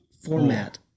format